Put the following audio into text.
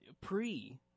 pre